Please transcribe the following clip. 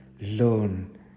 learn